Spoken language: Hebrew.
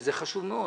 שזה חשוב מאוד.